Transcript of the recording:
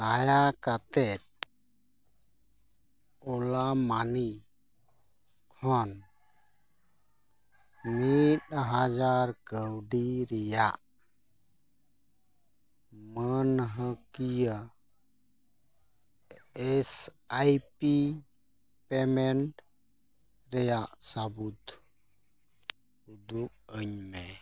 ᱫᱟᱭᱟ ᱠᱟᱛᱮᱫ ᱳᱞᱟ ᱢᱟᱱᱤ ᱠᱷᱚᱱ ᱢᱤᱫ ᱦᱟᱡᱟᱨ ᱠᱟᱣᱰᱤ ᱨᱮᱱᱟᱜ ᱢᱟᱹᱱᱦᱟᱹᱠᱤᱭᱟᱹ ᱮᱥ ᱟᱭ ᱯᱤ ᱯᱮᱢᱮᱱᱴ ᱨᱮᱱᱟᱜ ᱥᱟᱹᱵᱩᱫᱽ ᱩᱫᱩᱜ ᱟᱹᱧᱢᱮ